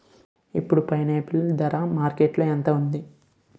ఇప్పుడు పైనాపిల్ ధర మార్కెట్లో ఎంత ఉంది?